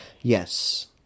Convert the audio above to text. Yes